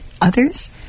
others